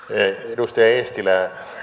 edustaja eestilä